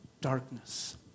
Darkness